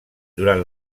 durant